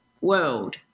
world